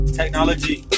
technology